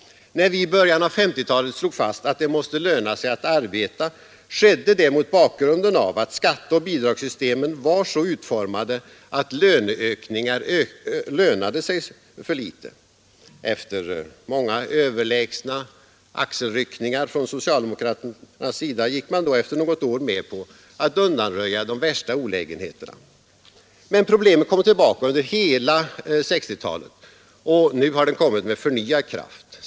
När vi i början av 1950-talet slog fast att ”det måste löna sig att arbeta” skedde det mot bakgrunden av att skatteoch bidragssystemen var så utformade att löneökningar lönade sig för litet. Efter många överlägsna axelryckningar från socialdemokraternas sida gick man då efter något år med på att undanröja de värsta olägenheterna. Men problemet kom tillbaka under hela 1960-talet, och nu har det kommit med förnyad kraft.